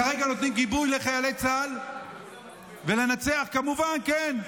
כרגע נותנים גיבוי לחיילי צה"ל לנצח כמובן, כן,